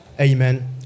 Amen